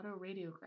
autoradiograph